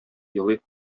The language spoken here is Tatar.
елый